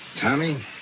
Tommy